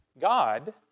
God